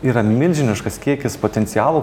yra milžiniškas kiekis potencialo